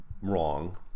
wrong